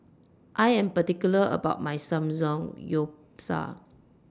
I Am particular about My Samgeyopsal